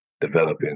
developing